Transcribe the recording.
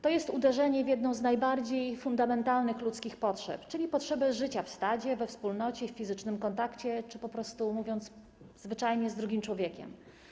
To uderzenie w jedną z najbardziej fundamentalnych ludzkich potrzeb, czyli w potrzebę życia w stadzie, we wspólnocie, w fizycznym kontakcie czy po prostu, mówiąc zwyczajnie, życia z drugim człowiekiem.